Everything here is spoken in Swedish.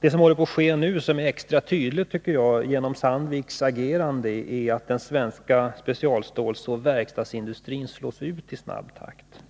Det som håller på att ske nu, vilket blir extra tydligt genom Sandviks agerande, är att den svenska specialstålsoch verkstadsindustrin slås ut i snabb takt.